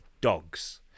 dogs